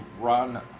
run